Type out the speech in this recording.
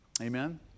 amen